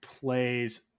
plays